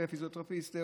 פיזיותרפיסט,